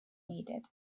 needed